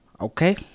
Okay